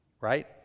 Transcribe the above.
Right